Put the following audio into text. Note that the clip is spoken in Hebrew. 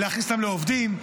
להכניס אותם כעובדים.